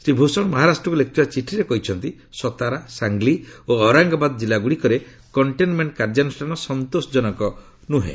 ଶ୍ରୀ ଭୂଷଣ ମହାରାଷ୍ଟ୍ରକୁ ଲେଖିଥିବା ଚିଠିରେ କହିଛନ୍ତି ସତାରା ସାଙ୍ଗଲୀ ଓ ଔରଙ୍ଗବାଦ ଜିଲ୍ଲା ଗୁଡ଼ିକରେ କଣ୍ଟେନମେଣ୍ଟ କାର୍ଯ୍ୟାନୁଷ୍ଠାନ ସଷୋଷଜନକ ନୁହେଁ